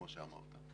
כמו שאמרת,